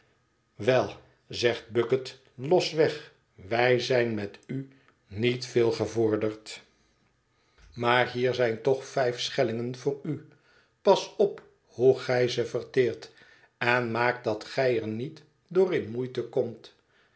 wel zegt bucket losweg wij zijn met u niet veel gevorderd maar hier mademoiselle hoeten se zijn toch vijf schellingen voor u pas op hoe gij ze verteert en maak dat gij er niet door in moeite komt